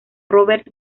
robert